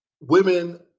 women